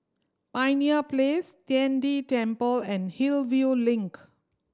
Pioneer Place Tian De Temple and Hillview Link